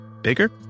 bigger